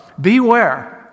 beware